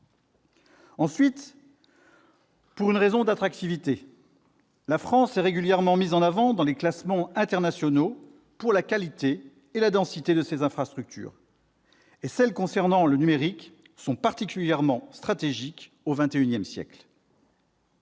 Ensuite, pour une raison d'attractivité : la France est régulièrement mise en avant dans les classements internationaux pour la qualité et la densité de ses infrastructures, et celles concernant le numérique sont particulièrement stratégiques au XXI siècle.